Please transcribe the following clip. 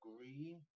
agree